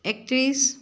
একত্ৰিছ